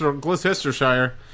Gloucestershire